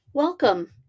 Welcome